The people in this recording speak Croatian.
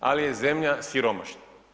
Ali je zemlja siromašna.